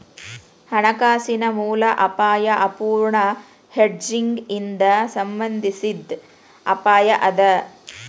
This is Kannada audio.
ಹಣಕಾಸಿನ ಮೂಲ ಅಪಾಯಾ ಅಪೂರ್ಣ ಹೆಡ್ಜಿಂಗ್ ಇಂದಾ ಸಂಬಂಧಿಸಿದ್ ಅಪಾಯ ಅದ